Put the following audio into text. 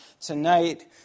tonight